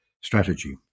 strategy